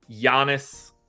Giannis